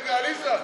אחד נמנע.